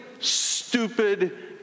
stupid